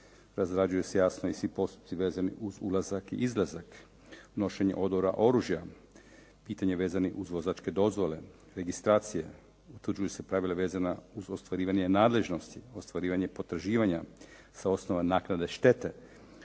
Razrađuju se jasno i svi postupci vezani uz ulazak i izlazak, nošenje, odora, oružja, pitanje vezanih uz vozačke dozvole, registracije, utvrđuju se pravila vezana uz ostvarivanje nadležnosti, ostvarivanje potraživanja, sa osnovom naknade štete.